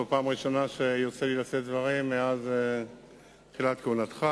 זאת הפעם הראשונה שיוצא לי לשאת דברים מאז תחילת כהונתך.